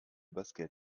basket